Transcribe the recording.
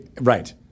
Right